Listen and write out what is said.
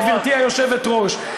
גברתי היושבת-ראש,